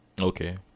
Okay